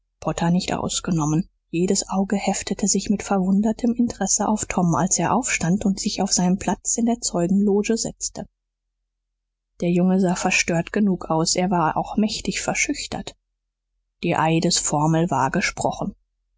potter nicht ausgenommen jedes auge heftete sich mit verwundertem interesse auf tom als er aufstand und sich auf seinen platz in der zeugenloge setzte der junge sah verstört genug aus er war auch mächtig verschüchtert die eidesformel war gesprochen